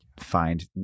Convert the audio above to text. find